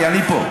כי אני פה.